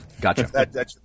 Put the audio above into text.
gotcha